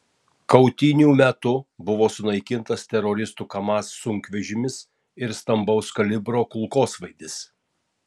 kautynių metu buvo sunaikintas teroristų kamaz sunkvežimis ir stambaus kalibro kulkosvaidis